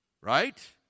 right